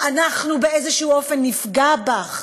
אנחנו באיזה אופן נפגע בך,